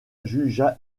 jugea